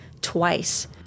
twice